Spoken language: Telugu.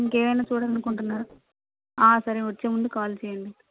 ఇంకా ఏవైనా చూడాలనుకుంటున్నరా ఆ సరే వచ్చే ముందు కాల్ చేయండి